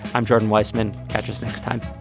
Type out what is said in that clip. i'm jordan weisman. catch us next time